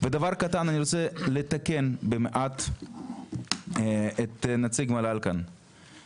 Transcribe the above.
ודבר קטן שאני רוצה לתקן במעט את נציג המועצה לביטחון לאומי,